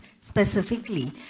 specifically